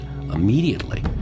immediately